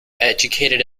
educated